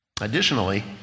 Additionally